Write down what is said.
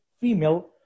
female